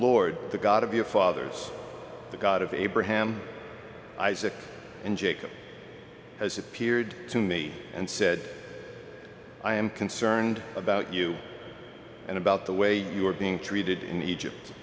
lord the god of your fathers the god of abraham isaac and jacob has appeared to me and said i am concerned about you and about the way you are being treated in egypt